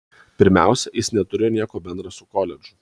pirmiausia jis neturėjo nieko bendra su koledžu